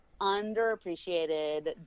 underappreciated